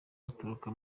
baturuka